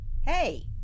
Hey